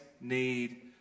need